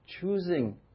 choosing